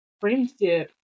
friendship